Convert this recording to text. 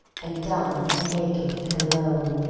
and dumb and naked and alone,